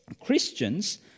Christians